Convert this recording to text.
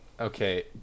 Okay